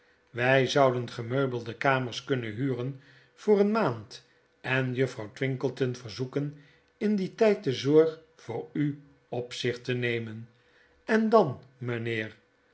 wy zouden gemeubelde kamers kunnen huren voor eene maand en juffrouw twinkleton verzoeken in dien tyd de zorg voor u op zich te nemen en dan mynheer